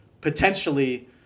potentially